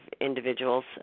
individuals